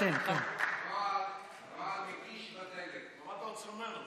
מה אתה רוצה ממנו?